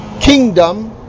kingdom